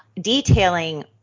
detailing